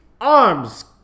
arms